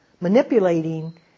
manipulating